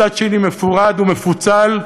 מצד שני מפורד ומפוצל,